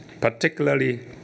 particularly